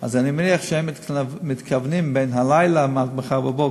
אני מניח שהם מתכוונים בין הלילה למחר בבוקר.